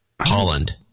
Holland